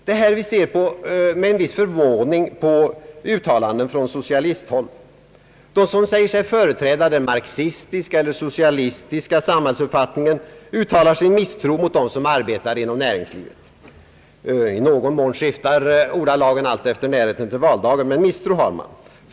Det är här vi ser med viss förvåning på en del uttalanden från socialisthåll. De som säger sig företräda den marxistiska eller socialistiska samhällsuppfattningen uttalar sin misstro mot dem som arbetar inom näringslivet; i någon mån skiftar ordalagen alltefter närheten till valdagen, men misstro har man.